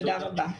תודה רבה.